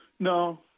No